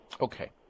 Okay